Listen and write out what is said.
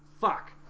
fuck